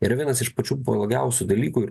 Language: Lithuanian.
yra vienas iš pačių blogiausių dalykų ir